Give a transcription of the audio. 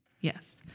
Yes